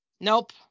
Nope